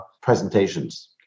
presentations